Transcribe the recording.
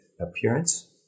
appearance